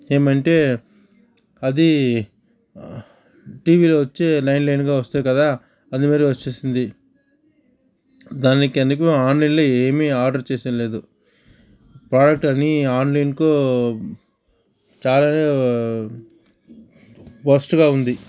ఏమంటే అది టీవీలో వచ్చే లైన్ లైన్గా వస్తాయి కదా అది మీరు వచ్చేసింది దానికి అందుకు ఆన్లైన్లో ఏమి ఆర్డర్ చేస్తలేదు ప్రోడక్ట్ అని ఆన్లైన్కు చాలానే వరస్ట్గా ఉంది